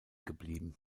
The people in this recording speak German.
geblieben